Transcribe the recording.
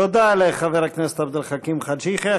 תודה לחבר הכנסת עבד אל חכים חאג' יחיא.